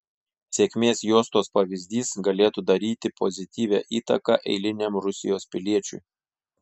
sėkmės juostos pavyzdys galėtų daryti pozityvią įtaką eiliniam rusijos piliečiui